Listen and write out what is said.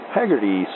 Haggerty